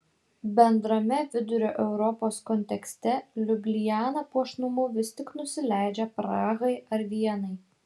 bendrame vidurio europos kontekste liubliana puošnumu vis tik nusileidžia prahai ar vienai